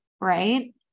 right